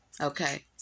Okay